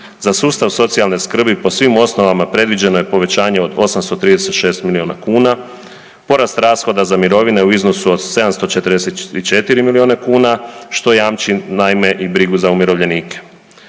Za sustav socijalne skrbi po svim osnovama predviđeno je povećanje od 836 milijuna kuna, porast rashoda za mirovine u iznosu od 744 milijuna kuna, što jamči naime i brigu za umirovljenike.